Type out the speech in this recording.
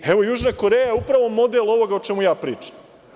Evo Južna Koreja je upravo model ovoga o čemu pričam.